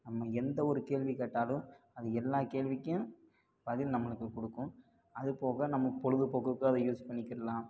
நம்ம எந்த ஒரு கேள்வி கேட்டாலும் அது எல்லா கேள்விக்கும் பதில் நம்மளுக்கு கொடுக்கும் அதுபோக நம்ம பொழுதுப்போக்குக்கு அதை யூஸ் பண்ணிக்கிலாம்